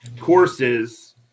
courses